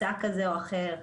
היצע כזה או אחר,